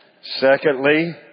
Secondly